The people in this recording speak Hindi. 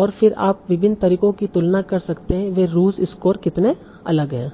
और फिर आप विभिन्न तरीकों की तुलना कर सकते हैं वे रूज स्कोर कितने अलग हैं